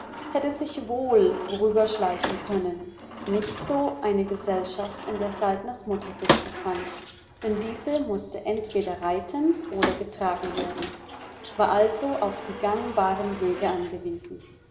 hätte sich wohl vorüberschleichen können nicht so eine gesellschaft in der saltners mutter sich befand denn diese mußte entweder reiten oder getragen werden war also auf die gangbaren wege angewiesen